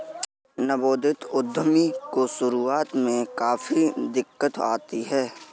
नवोदित उद्यमी को शुरुआत में काफी दिक्कत आती है